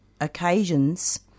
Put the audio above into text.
occasions